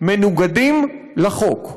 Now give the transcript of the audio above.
מנוגדים לחוק.